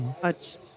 touched